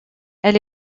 elle